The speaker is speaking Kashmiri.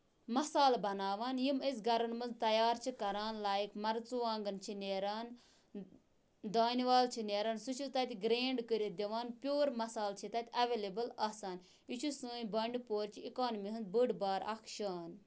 مَسالہٕ بَناوان یِم أسۍ گرن منٛز تَیار چھِ کران لایِک مَرژٕوانگن چھِ نیران دانہِ وَل چھِ نیران سُہ چھِ تَتہِ گرینڈ کٔرِتھ دِوان پِیور مَسالہٕ چھِ تَتہِ ایویلیبٕل آسان یہِ چھُ سٲنۍ بَنڈپورِ چہِ اِکونمی ہٕنز اکھ بٔڑ بارٕ اکھ شان